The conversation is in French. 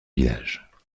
village